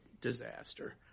disaster